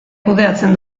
kudeatzen